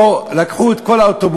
פה לקחו את כל האוטובוסים,